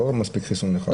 לא מספיק חיסון אחד.